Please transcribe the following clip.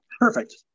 perfect